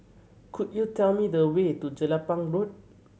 could you tell me the way to Jelapang Road